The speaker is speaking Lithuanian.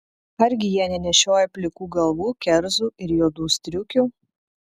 argi jie nenešioja plikų galvų kerzų ir juodų striukių